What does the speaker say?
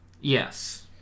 yes